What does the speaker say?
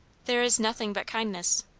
there is nothing but kindness.